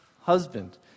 husband